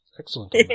Excellent